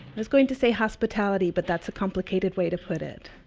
was going to say hospitality, but that's a complicated way to put it.